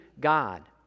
God